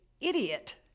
idiot